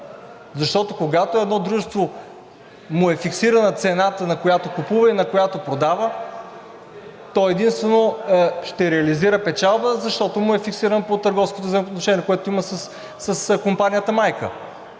защото, когато на едно дружество му е фиксирана цената, на която купува и на която продава, то единствено ще реализира печалба, защото му е фиксирана по търговското взаимоотношение, което има с компанията майка.